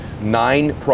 nine